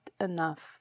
enough